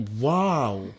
wow